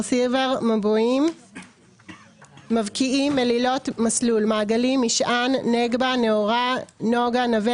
סילבר מבועים מבקיעים מלילות מסלול מעגלים משען נגבה נהורה נוגה נווה